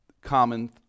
common